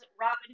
Robin